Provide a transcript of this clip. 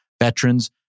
veterans